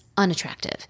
unattractive